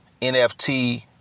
nft